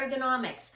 ergonomics